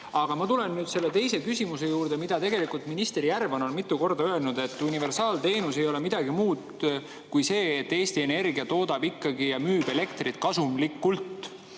Aga ma tulen teise küsimuse juurde. Tegelikult minister Järvan on mitu korda öelnud: universaalteenus ei ole midagi muud kui see, et Eesti Energia toodab ja müüb elektrit kasumlikult.